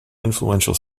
influential